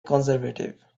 conservative